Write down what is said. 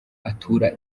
atura